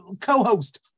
co-host